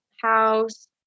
house